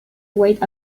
wait